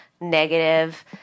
negative